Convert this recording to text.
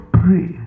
pray